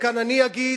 וכאן אני אגיד: